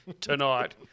tonight